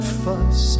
fuss